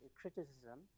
criticism